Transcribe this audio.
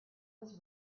was